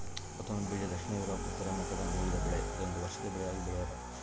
ಕೊತ್ತಂಬರಿ ಬೀಜ ದಕ್ಷಿಣ ಯೂರೋಪ್ ಉತ್ತರಾಮೆರಿಕಾದ ಮೂಲದ ಬೆಳೆ ಇದೊಂದು ವರ್ಷದ ಬೆಳೆಯಾಗಿ ಬೆಳ್ತ್ಯಾರ